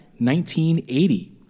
1980